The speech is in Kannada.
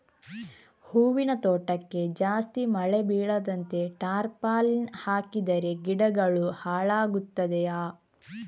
ಹೂವಿನ ತೋಟಕ್ಕೆ ಜಾಸ್ತಿ ಮಳೆ ಬೀಳದಂತೆ ಟಾರ್ಪಾಲಿನ್ ಹಾಕಿದರೆ ಗಿಡಗಳು ಹಾಳಾಗುತ್ತದೆಯಾ?